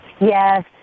Yes